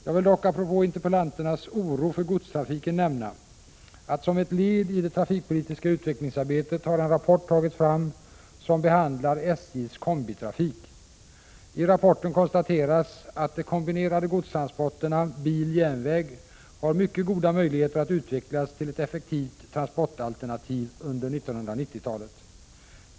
Jag vill dock apropå interpellanternas oro för godstrafiken nämna att som ett led i det trafikpolitiska utvecklingsarbetet har en rapport tagits fram som behandlar SJ:s kombitrafik. I rapporten konstateras att de kombinerade godstransporterna med bil och järnväg har mycket goda möjligheter att utvecklas till ett effektivt transportalternativ under 1990-talet.